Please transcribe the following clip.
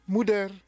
Moeder